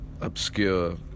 obscure